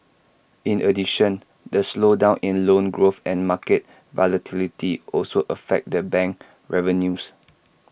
in addition the slowdown in loan growth and market volatility also affect the bank revenues